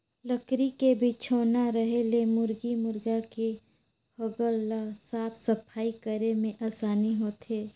लकरी के बिछौना रहें ले मुरगी मुरगा के हगल ल साफ सफई करे में आसानी होथे